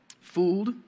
fooled